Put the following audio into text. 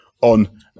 on